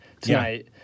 tonight